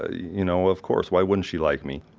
you know of course, why wouldn't she like me?